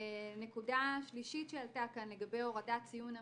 נקודה שלישית שעלתה כאן היא לגבי הורדת ציון המעבר.